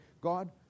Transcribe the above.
God